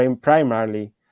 primarily